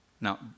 Now